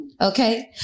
okay